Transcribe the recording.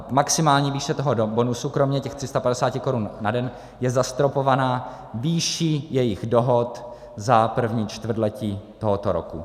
Maximální výše toho bonusu kromě těch 350 korun na den je zastropována výší jejich dohod za první čtvrtletí tohoto roku.